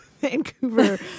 Vancouver